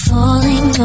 Falling